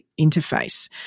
interface